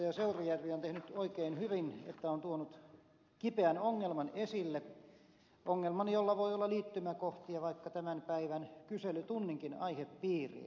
seurujärvi on tehnyt oikein hyvin että on tuonut kipeän ongelman esille ongelman jolla voi olla liittymäkohtia vaikka tämän päivän kyselytunninkin aihepiiriin